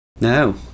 no